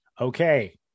okay